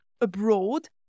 abroad